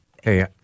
Hey